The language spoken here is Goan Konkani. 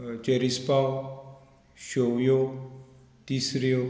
चेरीसपाव शोवयो तिसऱ्यो